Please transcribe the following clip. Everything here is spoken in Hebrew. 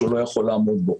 כך צריך לנהוג גם בנו.